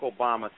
Obama